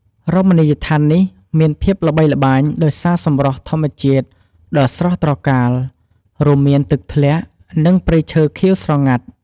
រមណីយដ្ឋាននេះមានភាពល្បីល្បាញដោយសារសម្រស់ធម្មជាតិដ៏ស្រស់ត្រកាល រួមមាន ទឹកធ្លាក់ និង ព្រៃឈើខៀវស្រងាត់។